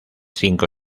cinco